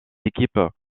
équipes